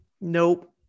nope